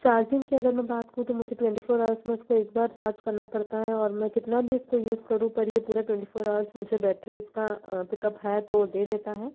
charging की अगर मैं बात करूँ तो मुझे ट्वेंटी फोर हॉवर्स में उसको एक बार चार्ज करना पड़ता है और मैं कितना भी उसको यूज करूँ पर ये पूरा ट्वेंटी फोर हॉवर्स मुझे बैटरी इसका पिकअप है तो दे देता है